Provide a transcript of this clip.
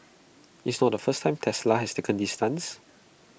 it's not the first time Tesla has taken this stance